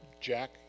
Jack